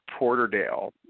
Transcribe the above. Porterdale